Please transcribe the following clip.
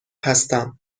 هستم